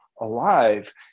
Alive